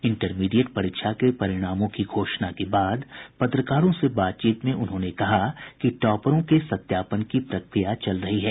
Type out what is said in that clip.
intermediate परीक्षा के परिणामों की घोषणा के बाद पत्रकारों से बातचीत में श्री किशोर ने कहा कि टॉपरों के सत्यापन की प्रक्रिया चल रही है